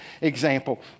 example